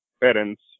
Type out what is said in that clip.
parents